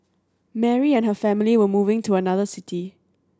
Mary and her family were moving to another city